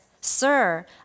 Sir